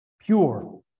pure